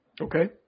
Okay